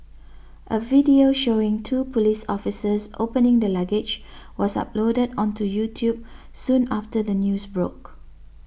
a video showing two police officers opening the luggage was uploaded onto YouTube soon after the news broke